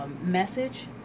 message